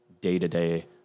day-to-day